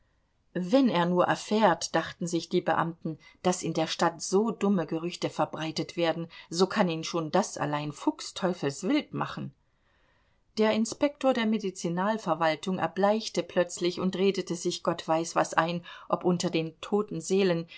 wenn er nur erfährt dachten sich die beamten daß in der stadt so dumme gerüchte verbreitet werden so kann ihn schon das allein fuchsteufelswild machen der inspektor der medizinalverwaltung erbleichte plötzlich und redete sich gott weiß was ein ob unter den toten seelen